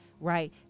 right